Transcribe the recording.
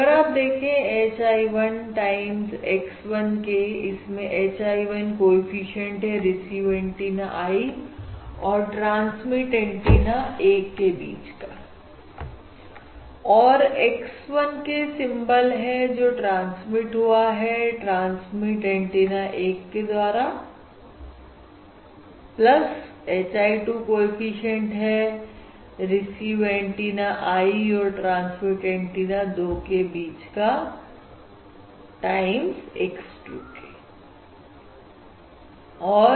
अगर आप देखें h i1 time x 1 k इसमें h i 1 कोएफिशिएंट है रिसीव एंटीना i और ट्रांसमिट एंटीना 1 के बीच का और x 1 k सिंबॉल है जो ट्रांसमिट हुआ है ट्रांसमिट एंटीना 1 के द्वारा h i 2 कोएफिशिएंट है रिसीव एंटीना i और ट्रांसमिट एंटीना 2 के बीच का टाइम x 2 k